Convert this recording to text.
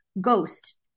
ghost